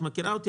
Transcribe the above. את מכירה אותי,